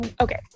Okay